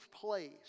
place